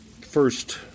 first